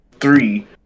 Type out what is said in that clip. three